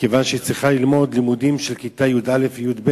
כיוון שהיא צריכה ללמוד לימודים של כיתה י"א י"ב,